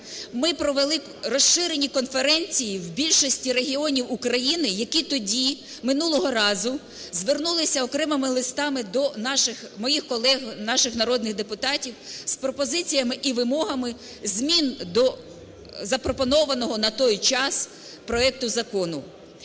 ми провели розширені конференції в більшості регіонів України, які тоді, минулого разу, звернулися окремими листами до наших… моїх колег наших народних депутатів з пропозиціями і вимогами змін до запропонованого на той час проекту Закону.